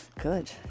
good